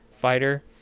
Fighter